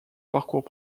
parcours